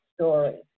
story